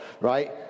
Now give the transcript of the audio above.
right